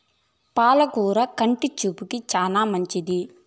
పాల కూర కంటి చూపుకు చానా మంచిది